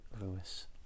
Lewis